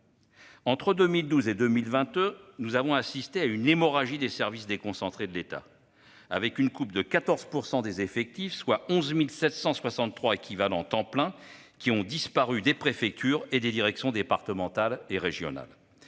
Entre 2012 et 2022, nous avons assisté à une hémorragie des services déconcentrés de l'État, avec une coupe de 14 % des effectifs, soit 11 763 équivalents temps plein, des préfectures et des directions départementales et régionales.